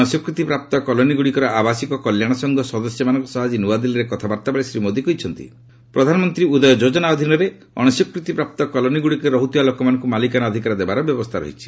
ଅଣସ୍ୱୀକୃତିପ୍ରାପ୍ତ କଲୋନୀଗୁଡ଼ିକର ଆବାସିକ କଲ୍ୟାଣ ସଂଘ ସଦସ୍ୟମାନଙ୍କ ସହ ଆଜି ନୂଆଦିଲ୍ଲୀରେ କଥାବାର୍ତ୍ତା ବେଳେ ଶ୍ରୀ ମୋଦୀ କହିଛନ୍ତି ପ୍ରଧାନମନ୍ତ୍ରୀ ଉଦୟ ଯୋଜନା ଅଧୀନରେ ଅଣସ୍ୱୀକୃତି ପ୍ରାପ୍ତ କଲୋନୀଗୁଡ଼ିକରେ ରହୁଥିବା ଲୋକମାନଙ୍କୁ ମାଲିକାନା ଅଧିକାର ଦେବାର ବ୍ୟବସ୍ଥା ରହିଛି